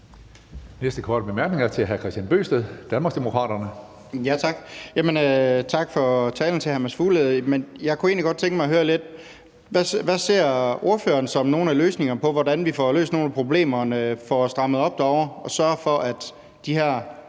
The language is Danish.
næste korte bemærkning er til hr. Kristian Bøgsted, Danmarksdemokraterne. Kl. 13:55 Kristian Bøgsted (DD): Tak til hr. Mads Fuglede for talen. Jeg kunne egentlig godt tænke mig at høre: Hvad ser ordføreren som nogle af svarene på, hvordan vi får løst nogle af problemerne og får strammet op derovre og sørget for, at de her